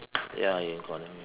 ya you can call him in